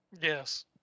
Yes